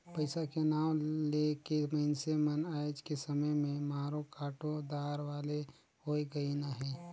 पइसा के नांव ले के मइनसे मन आएज के समे में मारो काटो दार वाले होए गइन अहे